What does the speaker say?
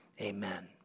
amen